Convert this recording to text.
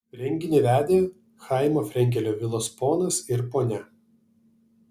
renginį vedė chaimo frenkelio vilos ponas ir ponia